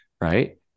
Right